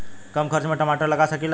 कम खर्च में टमाटर लगा सकीला?